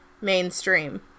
mainstream